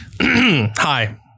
Hi